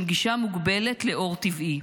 עם גישה מוגבלת לאור טבעי,